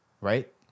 Right